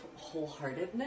wholeheartedness